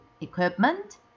equipment